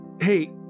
Hey